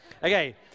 Okay